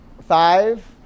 Five